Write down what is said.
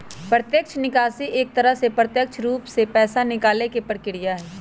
प्रत्यक्ष निकासी एक तरह से प्रत्यक्ष रूप से पैसा निकाले के प्रक्रिया हई